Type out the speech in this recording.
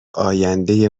آینده